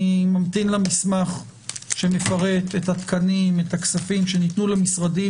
אני ממתין למסמך שמפרט את התקנים ואת הכספים שניתנו למשרדים